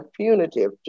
punitive